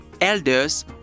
elders